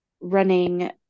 running